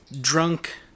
Drunk